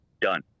done